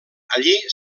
allí